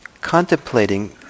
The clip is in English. contemplating